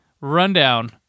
rundown